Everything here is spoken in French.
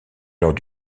lors